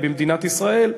במדינת ישראל,